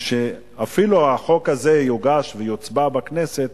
אפילו החוק הזה יוגש ויוצבע בכנסת,